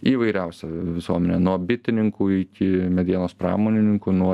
įvairiausią visuomenę nuo bitininkų iki medienos pramonininkų nuo